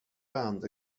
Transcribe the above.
band